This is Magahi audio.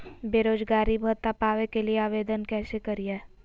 बेरोजगारी भत्ता पावे के लिए आवेदन कैसे करियय?